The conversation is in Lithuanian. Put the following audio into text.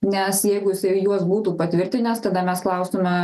nes jeigu jisai juos būtų patvirtinęs tada mes klaustume